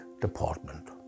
department